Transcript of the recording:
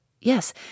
Yes